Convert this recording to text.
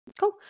Cool